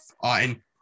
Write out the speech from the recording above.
fine